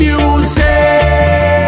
Music